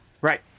Right